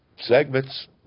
segments